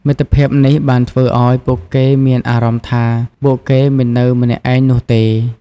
មិត្តភាពនេះបានធ្វើឱ្យពួកគេមានអារម្មណ៍ថាពួកគេមិននៅម្នាក់ឯងនោះទេ។